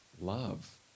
love